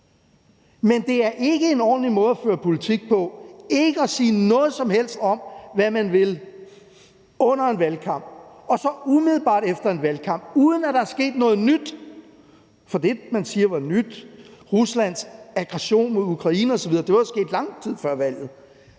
men det er ikke en ordentlig måde at føre politik på ikke at sige noget som helst under en valgkamp om, hvad man vil, og så gøre det umiddelbart efter en valgkamp, uden at der er sket noget nyt. For det, man siger er nyt, altså Ruslands aggression mod Ukraine osv., var sket lang tid før valget.